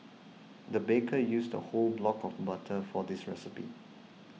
the baker used a whole block of butter for this recipe